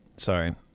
sorry